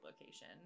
location